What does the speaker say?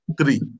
three